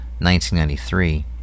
1993